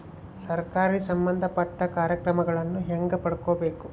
ಸರಕಾರಿ ಸಂಬಂಧಪಟ್ಟ ಕಾರ್ಯಕ್ರಮಗಳನ್ನು ಹೆಂಗ ಪಡ್ಕೊಬೇಕು?